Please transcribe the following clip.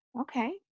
Okay